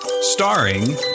starring